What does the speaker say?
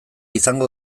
izango